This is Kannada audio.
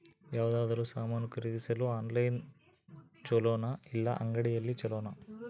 ಯಾವುದಾದರೂ ಸಾಮಾನು ಖರೇದಿಸಲು ಆನ್ಲೈನ್ ಛೊಲೊನಾ ಇಲ್ಲ ಅಂಗಡಿಯಲ್ಲಿ ಛೊಲೊನಾ?